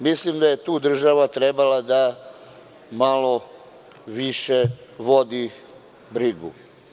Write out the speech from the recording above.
Mislim da je tu država trebala da malo više vodi brigu.